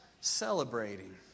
celebrating